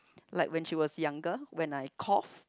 like when she was younger when I cough